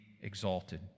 exalted